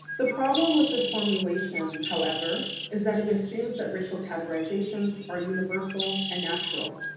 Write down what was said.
the problem with this formulation, however, is that it assumes that racial categorizations are universal and natural.